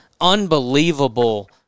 unbelievable